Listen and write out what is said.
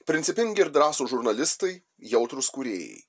principingi ir drąsūs žurnalistai jautrūs kūrėjai